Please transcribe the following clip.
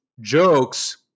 jokes